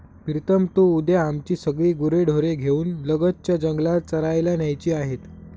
प्रीतम तू उद्या आमची सगळी गुरेढोरे घेऊन लगतच्या जंगलात चरायला न्यायची आहेत